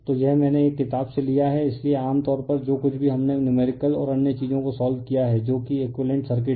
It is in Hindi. तो यह मैंने एक किताब से लिया है इसलिए आम तौर पर जो कुछ भी हमने नुमेरिकल और अन्य चीजों को सोल्व किया है जो कि एकुइवेलेंट सर्किट है